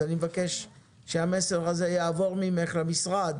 אני מבקש שהמסר הזה יעבור ממך למשרד